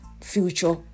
future